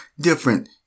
different